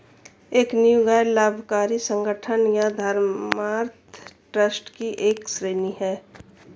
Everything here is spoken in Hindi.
एक नींव गैर लाभकारी संगठन या धर्मार्थ ट्रस्ट की एक श्रेणी हैं